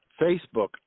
Facebook